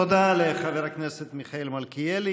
תודה לחבר הכנסת מיכאל מלכיאלי.